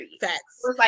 Facts